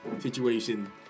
situation